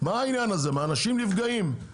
מה העניין הזה אנשים נפגעים,